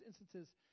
instances